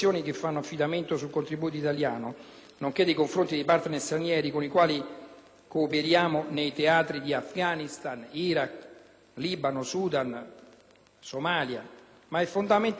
cooperiamo nei teatri di Afghanistan, Iraq, Libano, Sudan e Somalia, ma è fondamentale anche per sviluppare appieno la nostra politica estera. Le missioni all'estero,